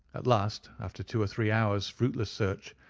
at last, after two or three hours' fruitless search,